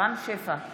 רם שפע,